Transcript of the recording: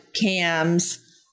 cams